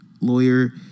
Lawyer